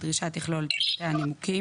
הדרישה תכלול את פרטי הנימוקים",